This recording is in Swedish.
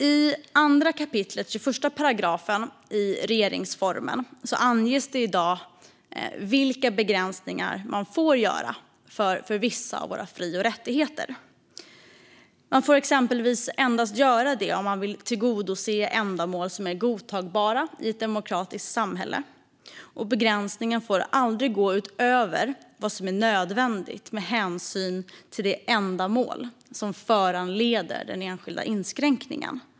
I 2 kap. 21 § regeringsformen anges det vilka begränsningar som man får göra för vissa av våra fri och rättigheter. Man får exempelvis göra det endast om man vill tillgodose ändamål som är godtagbara i ett demokratiskt samhälle. Begränsningen får aldrig gå utöver vad som är nödvändigt med hänsyn till det ändamål som har föranlett den enskilda inskränkningen.